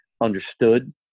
understood